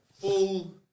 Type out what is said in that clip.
Full